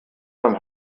beim